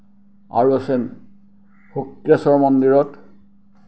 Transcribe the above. আৰু আছে শুক্লেশ্বৰ মন্দিৰত